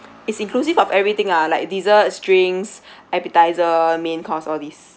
it's inclusive of everything lah like desserts drinks appetiser main course all these